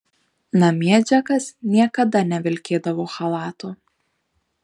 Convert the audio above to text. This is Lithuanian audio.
namie džekas niekada nevilkėdavo chalato